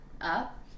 up